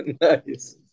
nice